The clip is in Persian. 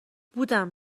بودم